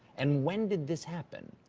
and when did this happen?